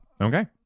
Okay